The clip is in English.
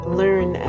learn